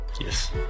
Yes